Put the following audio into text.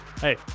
Hey